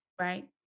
Right